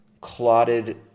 clotted